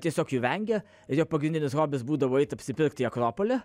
tiesiog jų vengia ir jo pagrindinis hobis būdavo eiti apsipirkt į akropolį